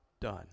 done